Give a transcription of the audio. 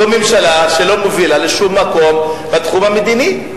זאת ממשלה שלא מובילה לשום מקום בתחום המדיני.